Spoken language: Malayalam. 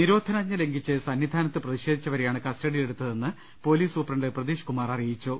നിരോധനാജ്ഞ ലംഘിച്ച് സന്നിധാനത്ത് പ്രതിഷേ ധിച്ചവരെയാണ് കസ്റ്റഡിയിലെടുത്തതെന്ന് പൊലീസ് സൂപ്രണ്ട് പ്രതീഷ്കുമാർ അറിയിച്ചു